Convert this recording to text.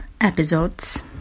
episodes